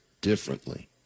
differently